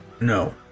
No